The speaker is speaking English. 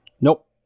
Nope